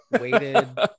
Weighted